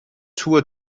tour